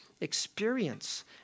experience